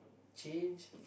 change